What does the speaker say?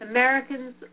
Americans